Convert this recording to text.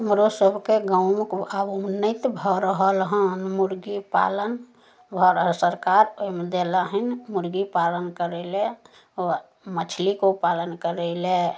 हमरोसभके गामके आब उन्नति भऽ रहल हन मुरगी पालन भऽ रहल सरकार ओहिमे देलन हन मुरगी पालन करैलए ओ मछली को पालन करैलए